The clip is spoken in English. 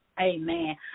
Amen